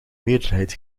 meerderheid